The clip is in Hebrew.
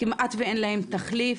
כמעט ואין להם תחליף,